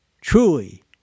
truly